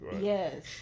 yes